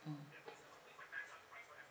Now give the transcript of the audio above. mm